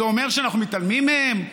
זה אומר שאנחנו מתעלמים מהם?